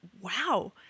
Wow